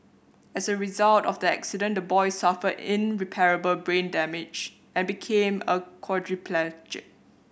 as a result of the accident the boy suffered irreparable brain damage and became a quadriplegic